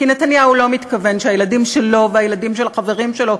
כי נתניהו לא מתכוון שילדים שלו וילדים של החברים שלו,